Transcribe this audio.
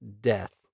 death